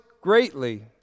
greatly